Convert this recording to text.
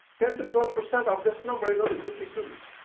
ten to twelve percent of this number is only fifty students,